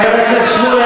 חבר הכנסת שמולי,